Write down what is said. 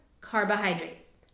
carbohydrates